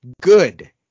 good